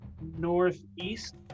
northeast